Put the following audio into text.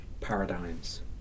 paradigms